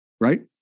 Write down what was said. right